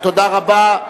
תודה רבה.